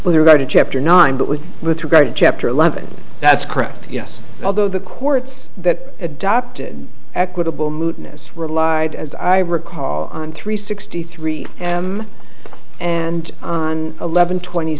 with regard to chapter nine but with with regard to chapter eleven that's correct yes although the courts that adopted equitable mootness relied as i recall on three sixty three am and on eleven twenty